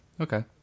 Okay